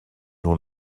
nhw